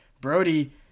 Brody